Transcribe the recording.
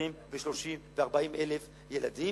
ו-20,000 ו-30,000 ו-40,000 ילדים,